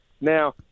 Now